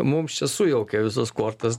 mum čia sujaukė visas kortas